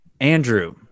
Andrew